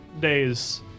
days